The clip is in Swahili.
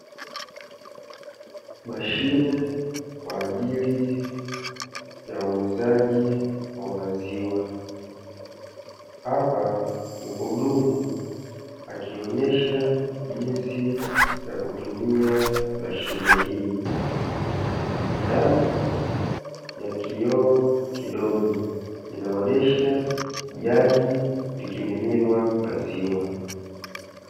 Mashine kwaajili ya uuzaji wa maziwa. Hapa mhudumu akionyesha jinsi ya kutumia mashine hii. Ndani ya kioo kidogo, inaonyesha jagi likimiminwa maziwa.